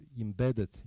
embedded